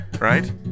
right